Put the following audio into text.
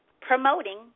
promoting